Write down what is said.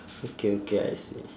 okay okay I see